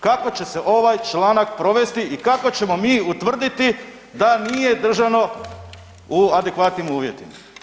Kako će se ovaj članak provesti i kako ćemo mi utvrditi da nije držano u adekvatnim uvjetima?